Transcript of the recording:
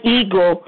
ego